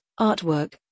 artwork